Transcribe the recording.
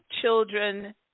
children